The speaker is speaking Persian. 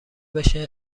بشه